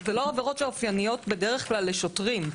זה לא עבירות שאופייניות בדרך כלל לשוטרים.